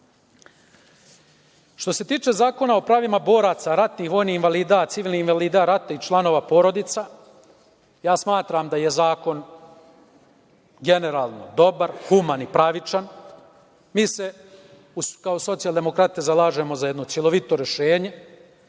se tiče Zakona o pravima boraca, ratnih-vojnih invalida, civilnih invalida rata i članova porodica, ja smatram da je zakon generalno dobar, human i pravičan. Mi se kao socijaldemokrate zalažemo za jedno celovito rešenje.